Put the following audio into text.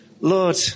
Lord